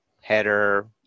header